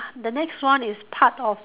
the next one is part of